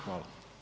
Hvala.